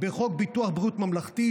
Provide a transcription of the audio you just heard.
בחוק ביטוח בריאות ממלכתי,